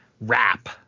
wrap